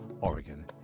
Oregon